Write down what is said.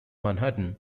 manhattan